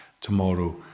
tomorrow